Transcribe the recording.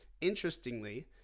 interestingly